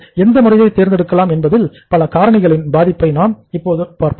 எந்த முறையை தேர்ந்தெடுக்கலாம் என்பதில் பல காரணிகளின் பாதிப்பை பற்றி இப்போது நாம் பார்க்கலாம்